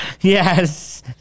Yes